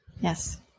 Yes